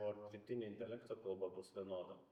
o ar dirbtinio intelekto kalba bus vienoda